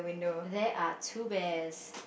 there are two bears